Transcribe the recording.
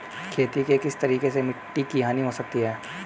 खेती के किस तरीके से मिट्टी की हानि हो सकती है?